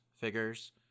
figures